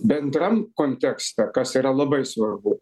bendram kontekste kas yra labai svarbu